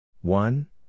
One